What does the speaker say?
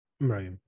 Right